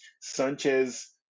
Sanchez